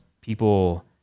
people